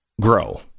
grow